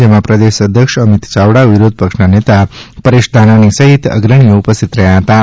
જેમાં પ્રદેશ અધ્યક્ષ અમિત યાવડા વિરોધપક્ષના નેતા શ્રી પરેશ ધાનાણી સહિત અગ્રણીઓ ઉપસ્થિત રહ્યાં હતાં